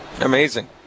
Amazing